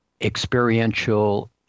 experiential